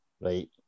Right